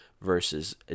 versus